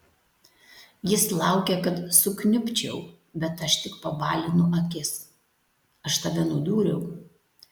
jis laukia kad sukniubčiau bet aš tik pabalinu akis aš tave nudūriau